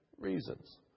reasons